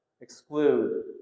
exclude